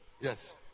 Yes